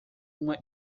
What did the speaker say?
uma